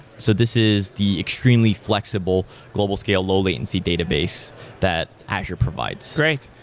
so this is the extremely flexible global scale low-latency database that azure provides. great.